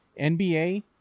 NBA